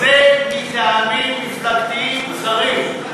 זה מטעמים מפלגתיים זרים.